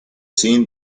seen